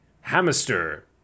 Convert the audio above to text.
Hamster